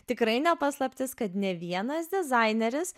tikrai ne paslaptis kad ne vienas dizaineris